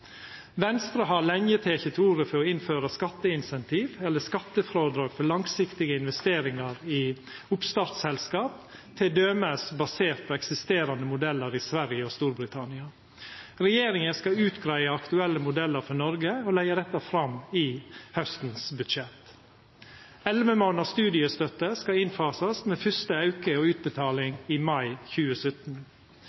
Venstre har lenge teke til orde for å innføra skatteincentiv, eller skattefrådrag, for langsiktige investeringar i oppstartsselskap, t.d. basert på eksisterande modellar i Sverige og Storbritannia. Regjeringa skal utgreia aktuelle modellar for Noreg og leggja dette fram i haustens budsjett. Elleve månader studiestøtte skal fasast inn med fyrste auke og utbetaling